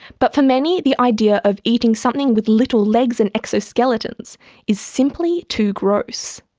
but for many the idea of eating something with little legs and exoskeletons is simply too gross.